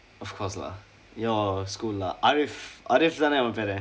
of course lah your school lah ariff ariff தானே அவன் பெயர்:thane avan peyar